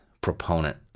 proponent